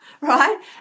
right